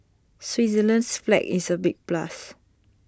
Switzerland's flag is A big plus